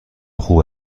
خوب